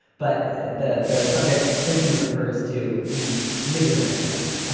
but that the subject simply refers to the living arrangements. ah